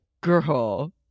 girl